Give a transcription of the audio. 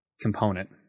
component